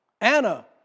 Anna